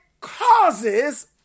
causes